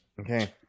Okay